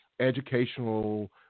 educational